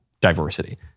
diversity